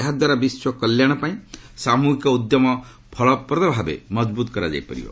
ଏହାଦ୍ୱାରା ବିଶ୍ୱ କଲ୍ୟାଣ ପାଇଁ ସାମୁହିକ ଉଦ୍ୟମକୁ ଫଳପ୍ରଦ ଭାବେ ମଜଭୁତ କରାଯାଇ ପାରିବ